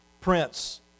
Prince